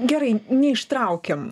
gerai neištraukim